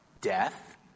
death